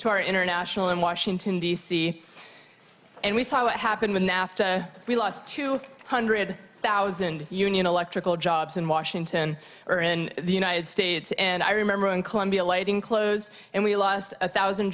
two are international in washington d c and we saw what happened with nafta we lost two hundred thousand union electrical jobs in washington or in the united states and i remember in colombia lighting clothes and we lost a thousand